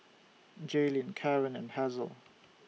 Jaylin Karon and Hazle